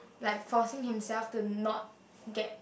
like forcing himself to not get